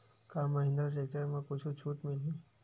का महिंद्रा टेक्टर म कुछु छुट मिलही?